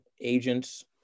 agents